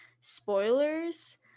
spoilers